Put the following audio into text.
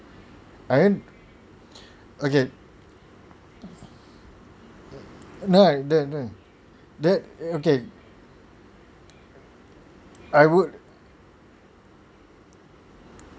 I mean okay no that okay I would